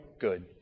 good